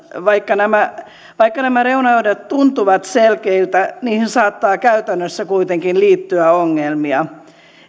vaikka nämä reunaehdot tuntuvat selkeiltä niihin saattaa käytännössä kuitenkin liittyä ongelmia